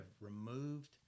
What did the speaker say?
removed